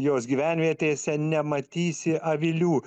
jos gyvenvietėse nematysi avilių